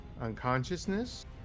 unconsciousness